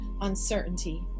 uncertainty